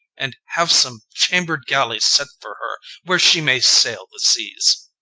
and have some chambered galley set for her, where she may sail the seas.